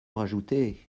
rajouter